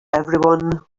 everyone